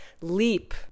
leap